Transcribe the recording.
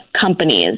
companies